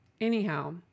anyhow